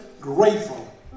grateful